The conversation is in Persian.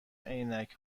عینک